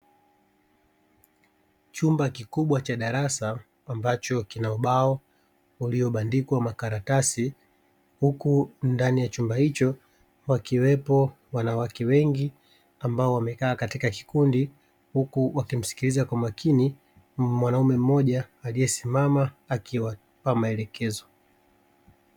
Chumba kikubwa cha darasa ambacho kina ubao uliobandikwa makaratasi. Huku ndani ya chumba hicho wakiwepo wanawake wengi ambao wamekaa katika kikundi huku wakimsikiliza kwa makini mwanaume mmoja aliyesimama akiwapa maelekezo.